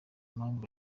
mpamvu